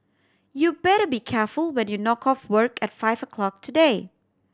you better be careful when you knock off work at five o'clock today